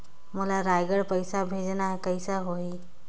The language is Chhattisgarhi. मोला रायगढ़ पइसा भेजना हैं, कइसे होही?